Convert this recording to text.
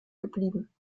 geblieben